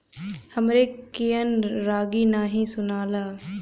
हमरे कियन रागी नही सुनाला